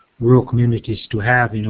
rural communities to have.